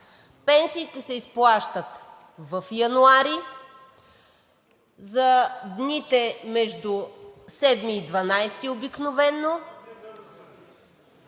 пенсиите се изплащат в месец януари за дните между 7 и 12 обикновено,